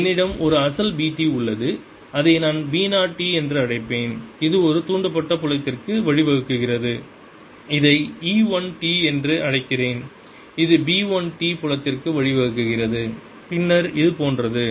என்னிடம் ஒரு அசல் B t உள்ளது அதை நான் B 0 t என்று அழைப்பேன் இது ஒரு தூண்டப்பட்ட புலத்திற்கு வழிவகுக்கிறது இதை E 1 t என்று அழைக்கிறேன் இது B 1 t புலத்திற்கு வழிவகுக்கிறது பின்னர் இது போன்றது